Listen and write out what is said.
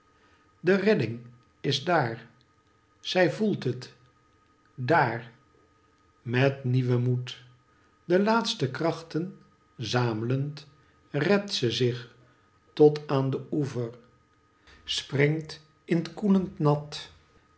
de redding is daar zij voelt het daar met nieuwen moed de laatste krachten zaamlend rept ze zich tot aan den oever springe in t koelend nat